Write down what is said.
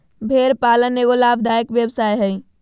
भेड़ पालन एगो लाभदायक व्यवसाय हइ